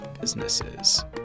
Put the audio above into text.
businesses